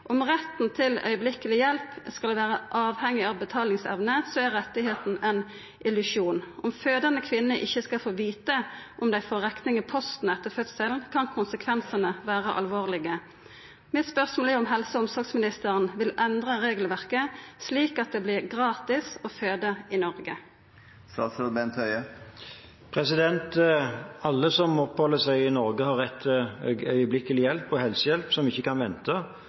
Om retten til strakshjelp skulle vera avhengig av betalingsevne, er retten ein illusjon. Om fødande kvinner ikkje skal få vita om dei får rekning i posten etter fødselen, kan konsekvensane vera alvorlege. Mitt spørsmål er om helse- og omsorgsministeren vil endra regelverket slik at det vert gratis å føda i Noreg. Alle som oppholder seg i Norge, har rett til øyeblikkelig hjelp og helsehjelp som ikke kan vente,